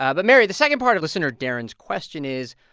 ah but mary, the second part of listener darren's question is,